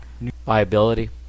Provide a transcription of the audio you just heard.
viability